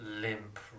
limp